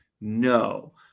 No